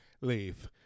Leave